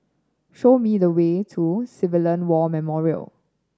show me the way to Civilian War Memorial